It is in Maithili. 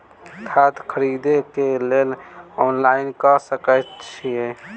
खाद खरीदे केँ लेल ऑनलाइन कऽ सकय छीयै?